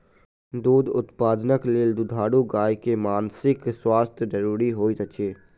दूध उत्पादनक लेल दुधारू गाय के मानसिक स्वास्थ्य ज़रूरी होइत अछि